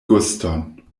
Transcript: guston